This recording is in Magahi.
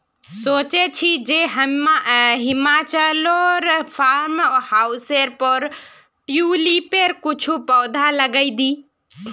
सोचे छि जे हिमाचलोर फार्म हाउसेर पर ट्यूलिपेर कुछू पौधा लगइ दी